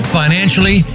financially